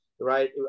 Right